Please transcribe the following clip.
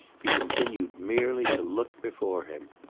he continued merely to look before him.